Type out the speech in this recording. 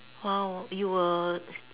!wow! you were